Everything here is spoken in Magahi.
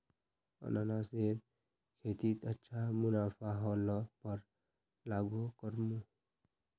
अनन्नासेर खेतीत अच्छा मुनाफा ह ल पर आघुओ करमु